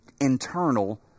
internal